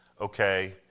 Okay